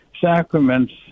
sacraments